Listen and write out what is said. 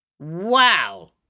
Wow